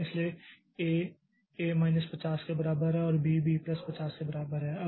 इसलिए यह A A minus 50 के बराबर है और B B प्लस 50B50 के बराबर है